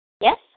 Yes